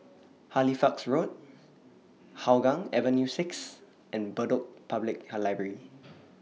Halifax Road Hougang Avenue six and Bedok Public Library